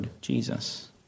Jesus